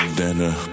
dinner